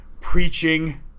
preaching